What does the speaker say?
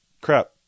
Crap